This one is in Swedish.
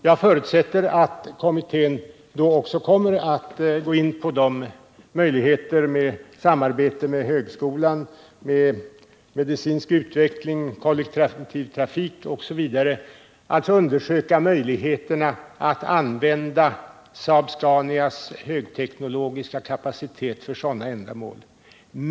Jag förutsätter att utredningen också kommer att undersöka möjligheterna att i samarbete med högskolan använda Saab-Scanias högteknologiska kapacitet i fråga om medicinsk utveckling, kollektiv trafik osv.